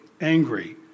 angry